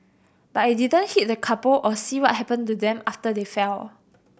but I didn't hit the couple or see what happened to them after they fell